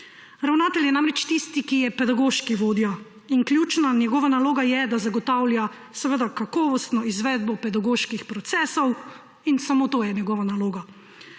Ravnatelj je namreč tisti, ki je pedagoški vodja, in njegova ključna naloga je, da zagotavlja kakovostno izvedbo pedagoških procesov; in samo to je njegova naloga.